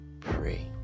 Pray